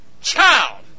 child